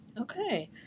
Okay